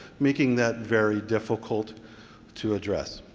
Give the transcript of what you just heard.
making that very difficult to address.